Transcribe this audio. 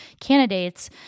candidates